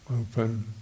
open